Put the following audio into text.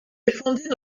défendit